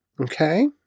Okay